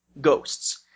Ghosts